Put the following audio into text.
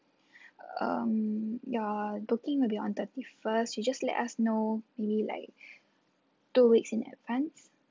um your booking will be on thirty first you just let us know maybe like two weeks in advance